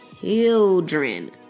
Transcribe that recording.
Children